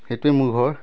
সেইটোৱে মোৰ ঘৰ